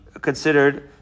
considered